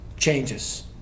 changes